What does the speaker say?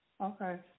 Okay